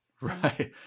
Right